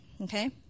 okay